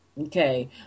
Okay